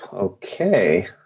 Okay